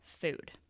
food